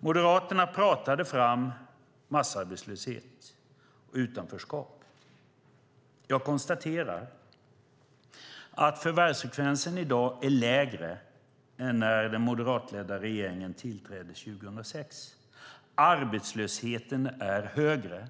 Moderaterna pratade fram massarbetslöshet och utanförskap. Jag konstaterar att förvärvsfrekvensen är lägre i dag än när den moderatledda regeringen tillträdde 2006. Arbetslösheten är högre.